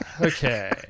Okay